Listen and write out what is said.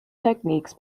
techniques